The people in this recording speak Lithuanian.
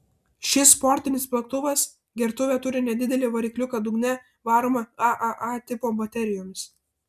šis sportinis plaktuvas gertuvė turi nedidelį varikliuką dugne varomą aaa tipo baterijomis